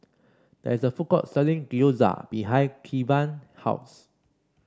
there is a food court selling Gyoza behind Kevan house